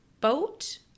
boat